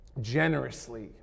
Generously